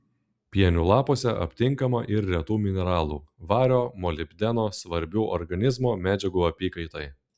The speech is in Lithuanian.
pienių lapuose aptinkama ir retų mineralų vario molibdeno svarbių organizmo medžiagų apykaitai